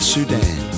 Sudan